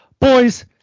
Boys